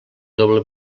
doble